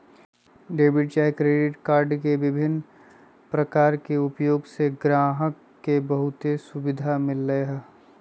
debit चाहे credit card के विभिन्न प्रकार के उपयोग से गाहक के बहुते सुभिधा मिललै ह